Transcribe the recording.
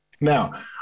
Now